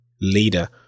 leader